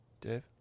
Dave